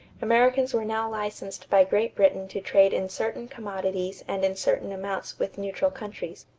americans were now licensed by great britain to trade in certain commodities and in certain amounts with neutral countries.